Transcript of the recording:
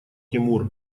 тимур